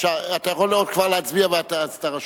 אתה יכול כבר להצביע ואז אתה רשום.